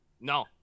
No